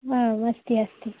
आम् अस्ति अस्ति